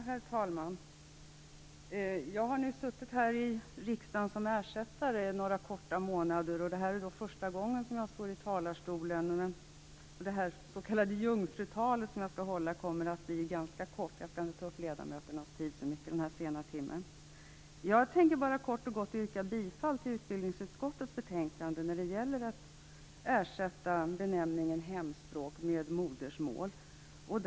Herr talman! Jag har en kort tid, några månader, suttit i riksdagen som ersättare. Det är nu första gången som jag står i denna talarstol. Mitt, som det heter, jungfrutal kommer att bli ganska kort, eftersom jag inte vill ta så mycket av ledamöternas tid i anspråk denna sena timme. Jag tänkte först bara kort och gott yrka bifall till hemställan i utbildningsutskottets betänkande när det gäller att ersätta benämningen hemspråk med benämningen modersmål.